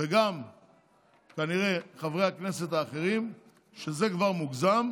וגם כנראה חברי הכנסת האחרים שזה כבר מוגזם,